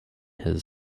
his